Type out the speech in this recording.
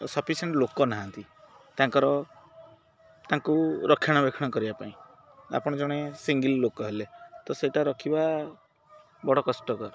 sufficient ଲୋକ ନାହାନ୍ତି ତାଙ୍କର ତାଙ୍କୁ ରକ୍ଷଣାବେକ୍ଷଣ କରିବା ପାଇଁ ଆପଣ ଜଣେ ସିଙ୍ଗିଲ୍ ଲୋକ ହେଲେ ତ ସେଇଟା ରଖିବା ବଡ଼ କଷ୍ଟକର